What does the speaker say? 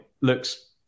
looks